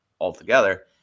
altogether